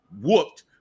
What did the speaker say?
whooped